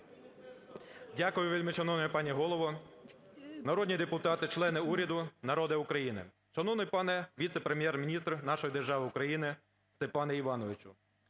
Дякую. Вельмишановна пані голово, народні депутати, члени уряду, народе України! Шановний пане віце-прем'єр-міністр нашої держави України Степане Івановичу!